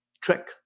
trick